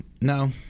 no